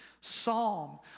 psalm